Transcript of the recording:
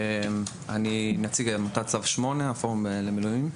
אני נציג עמותת צו 8 הפורום למילואים.